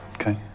Okay